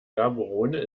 gaborone